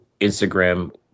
Instagram